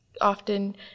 often